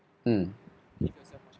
mm